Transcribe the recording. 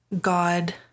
God